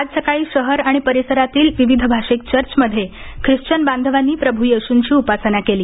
आज सकाळी शहर आणि परिसरातील विविध भाषिक चर्च मध्ये ख्रिश्चन बांधवांनी प्रभ् येश्ंची उपासना केली